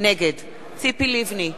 נגד ציפי לבני,